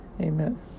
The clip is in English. Amen